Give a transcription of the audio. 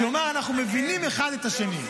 כלומר, אנחנו מבינים אחד את השני.